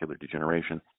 degeneration